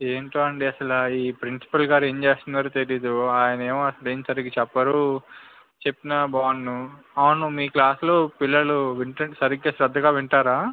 ఏంటో అండి అసల ఈ ప్రిన్సిపాల్గారు ఏం చేస్తున్నారో తెలీదు ఆయనేమో అసలేం సరిగ్గా చెప్పరు చెప్పినా బాగుండును అవును మీ క్లాస్లో పిల్లలు వింటారా సరిగ్గా శ్రద్ధగా వింటారా